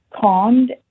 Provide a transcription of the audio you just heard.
calmed